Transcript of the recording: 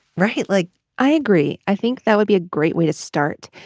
right. like i agree. i think that would be a great way to start.